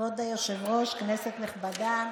כבוד היושב-ראש, כנסת נכבדה,